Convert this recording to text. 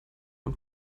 und